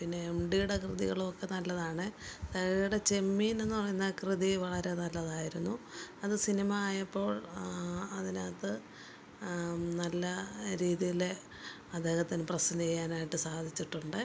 പിന്നെ എം ടിയുടെ കൃതികളുമൊക്കെ നല്ലതാണ് തകഴിയുടെ ചെമ്മീൻ എന്ന പറയുന്ന കൃതി വളരെ നല്ലതായിരുന്നു അത് സിനിമ ആയപ്പോൾ അതിനകത്ത് നല്ല രീതിയില് അദ്ദേഹത്തിന് പ്രസൻറ്റ് ചെയ്യാനായിട്ട് സാധിച്ചിട്ടുണ്ട്